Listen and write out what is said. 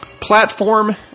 platform